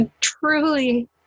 truly